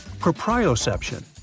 proprioception